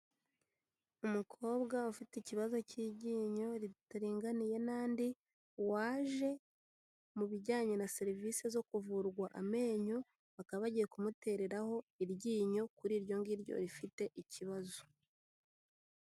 Umukobwa ufite ikibazo cy'iryinyo ritaringaniye n'andi waje mu bijyanye na serivisi zo kuvurwa amenyo bakaba bagiye kumutereraho iryinyo kuri iryo ngiryo rifite ikibazo.